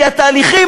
כי התהליכים,